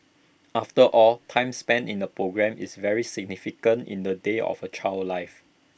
after all time spent in A programme is very significant in the day of A child's life